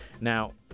Now